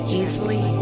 easily